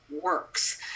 works